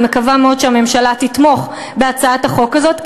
אני מקווה מאוד שהממשלה תתמוך בהצעת החוק הזאת,